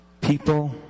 people